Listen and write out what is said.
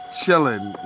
chilling